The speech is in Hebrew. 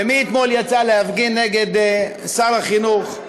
ומי אתמול יצא להפגין נגד שר החינוך?